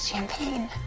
Champagne